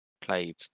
played